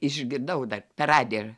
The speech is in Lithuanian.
išgirdau dar per radiją